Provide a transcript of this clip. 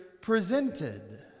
presented